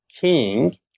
king